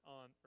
on